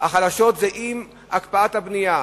היא בהקפאת הבנייה.